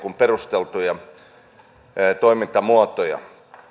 perusteltu toimintamuoto